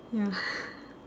ya